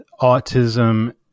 autism